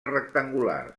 rectangulars